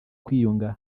kwiyunga